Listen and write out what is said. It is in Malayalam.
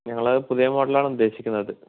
ഞങ്ങൾ പുതിയ മോഡൽ ആണ് ഉദ്ദേശിക്കുന്നത്